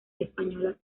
española